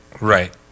Right